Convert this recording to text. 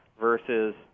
versus